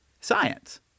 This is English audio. science